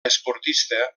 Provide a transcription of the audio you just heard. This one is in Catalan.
esportista